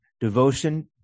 devotion